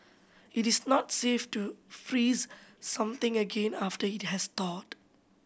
it is not safe to freeze something again after it has thawed